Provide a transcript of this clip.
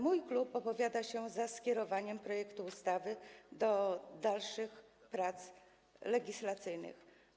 Mój klub opowiada się za skierowaniem projektu ustawy do dalszych prac legislacyjnych.